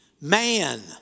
Man